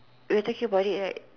were talking about it right